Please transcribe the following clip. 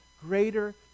greater